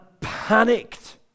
panicked